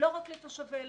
לא רק לתושבי אילת,